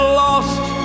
lost